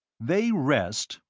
they rest,